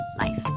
life